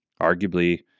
arguably